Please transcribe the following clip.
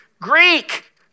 Greek